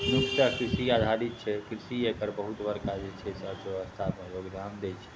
मुख्यतः कृषि आधारित छै कृषि एकर बहुत बड़का जे छै से अर्थव्यवस्थामे योगदान दै छै